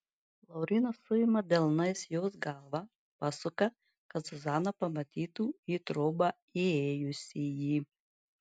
laurynas suima delnais jos galvą pasuka kad zuzana pamatytų į trobą įėjusįjį